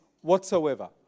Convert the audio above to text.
whatsoever